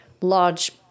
large